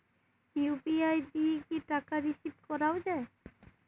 UPI দিয়ে কি টাকা রিসিভ করাও য়ায়?